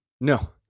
No